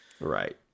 right